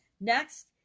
Next